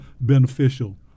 beneficial